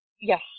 yes